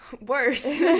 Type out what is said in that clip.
worse